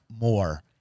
more